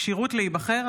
כשירות להיבחר),